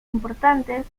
importantes